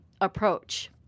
approach